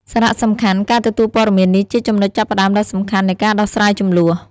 សារៈសំខាន់: ការទទួលព័ត៌មាននេះជាចំណុចចាប់ផ្តើមដ៏សំខាន់នៃការដោះស្រាយជម្លោះ។